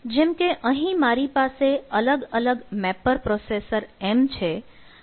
જેમ કે અહીં મારી પાસે અલગ અલગ મેપર પ્રોસેસર M છે અને રીડ્યુસર છે